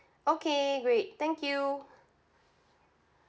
okay great thank you